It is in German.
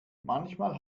manchmal